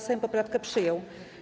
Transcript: Sejm poprawkę przyjął.